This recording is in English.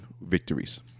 victories